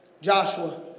Joshua